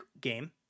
game